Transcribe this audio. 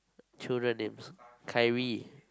children names Khairi